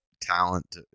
talent